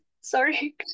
sorry